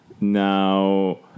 Now